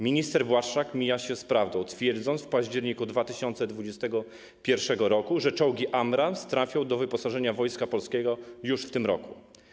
Minister Błaszczak mija się z prawdą, twierdząc w październiku 2021 r., że czołgi Abrams trafią do wyposażenia Wojska Polskiego już w tym roku.